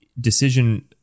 decision